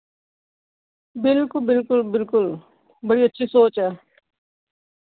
बिलकुल बिलकुल बिलकुल बड़ी अच्छी सोच ऐ